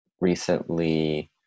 Recently